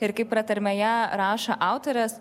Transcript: ir kaip pratarmėje rašo autorės